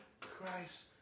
Christ